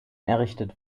errichtet